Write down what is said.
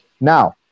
Now